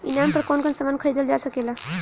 ई नाम पर कौन कौन समान खरीदल जा सकेला?